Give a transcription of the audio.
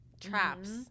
Traps